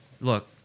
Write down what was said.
look